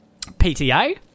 pta